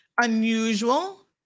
unusual